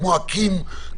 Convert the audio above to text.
כמו: אקי"ם,